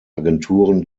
agenturen